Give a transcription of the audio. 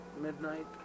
midnight